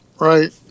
Right